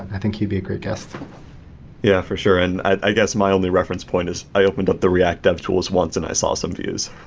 i think he'd a great guest yeah, for sure. and i guess my only reference point is i opened up the react dev tools once and i saw some views